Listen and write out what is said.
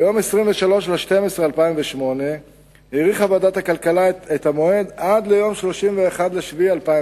ביום 23 בדצמבר 2008 האריכה ועדת הכלכלה את המועד עד יום 31 ביולי